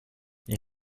you